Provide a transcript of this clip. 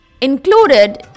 included